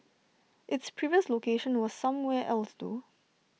its previous location was somewhere else though